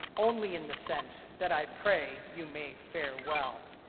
only in the sense that i pray you may fare well.